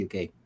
uk